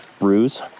ruse